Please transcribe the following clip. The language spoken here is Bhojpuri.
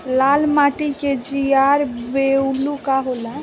लाल माटी के जीआर बैलू का होला?